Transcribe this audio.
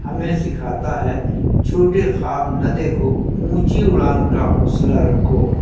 ہمیں سکھاتا ہے چھوٹے خواب نہ دیکھو اونچی اڑان کا حوصلہ رکھو